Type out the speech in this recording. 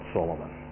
Solomon